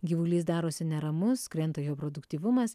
gyvulys darosi neramus krenta jo produktyvumas